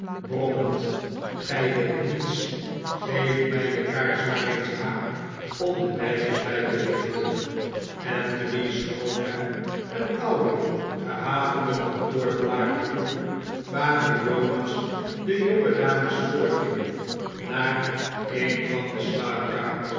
brommend gij weet niets geef mij de kaars maar eens aan om de meisjes bij te lichten anthony schoof hem een ouden gehavenden kantoorblaker toe waarmee jonas de jongedames voorging naar een van de slaapkamers